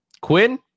Quinn